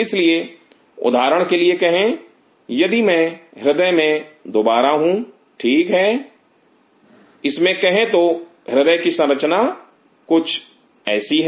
इसलिए उदाहरण के लिए कहें यदि मैं हृदय में दोबारा हूं ठीक है इसमें कहे तो हृदय की संरचना कुछ ऐसी है